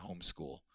homeschool